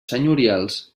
senyorials